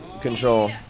control